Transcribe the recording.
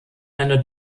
einer